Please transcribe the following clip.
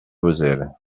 vozelle